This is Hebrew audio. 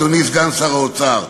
אדוני סגן שר האוצר.